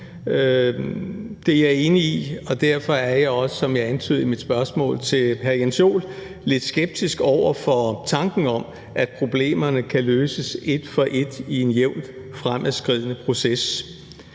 Det er jeg enig i, og derfor er jeg også, som jeg antydede i mit spørgsmål til hr. Jens Joel, lidt skeptisk over for tanken om, at problemerne kan løses et for et i en jævnt fremadskridende proces.